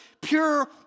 pure